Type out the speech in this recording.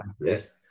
Yes